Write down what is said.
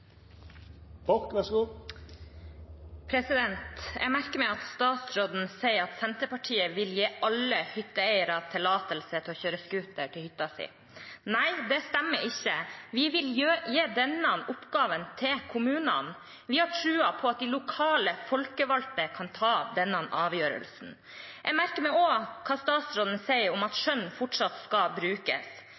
muligheten til. Så har man også avstanden på 2,5 km, som vil være den samme uansett hvor man er i landet, og fleksibiliteten i hvordan man måler den avstanden, vil også kunne være den samme. Jeg merker meg at statsråden sier at Senterpartiet vil gi alle hytteeiere tillatelse til å kjøre scooter til hytta si. Nei, det stemmer ikke. Vi vil gi denne oppgaven til kommunene. Vi har tro på at de